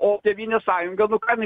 o tėvynės sąjunga nu kam ji